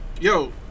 Yo